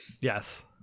yes